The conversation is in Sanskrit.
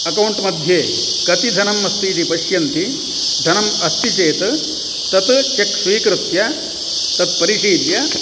अकौण्ट्मध्ये कति धनमस्ति इति पश्यन्ति धनम् अस्ति चेत् तत् चेक् स्वीकृत्य तत् परिशील्य